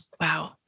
Wow